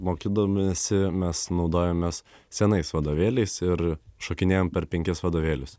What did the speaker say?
mokydamiesi mes naudojomės senais vadovėliais ir šokinėjom per penkis vadovėlius